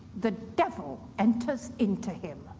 the devil enters into him.